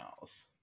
else